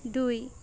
দুই